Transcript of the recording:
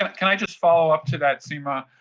ah can i just follow up to that, seema.